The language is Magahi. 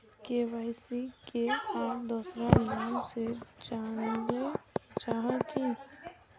के.वाई.सी के आर दोसरा नाम से जानले जाहा है की?